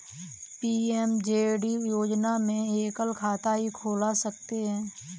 PMJD योजना में एकल खाता ही खोल सकते है